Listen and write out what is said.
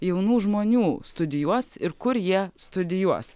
jaunų žmonių studijuos ir kur jie studijuos